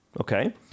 okay